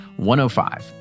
105